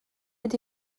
mynd